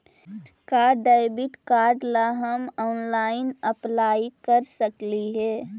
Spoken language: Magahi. का डेबिट कार्ड ला हम ऑनलाइन अप्लाई कर सकली हे?